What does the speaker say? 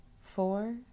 four